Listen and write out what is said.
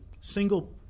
single